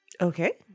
Okay